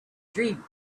dream